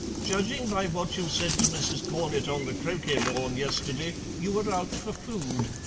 judging by what you said to mrs. cornett on the croquet-lawn yesterday, you were out for food.